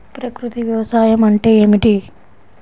ప్రకృతి వ్యవసాయం అంటే ఏమిటి?